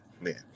man